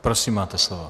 Prosím, máte slovo.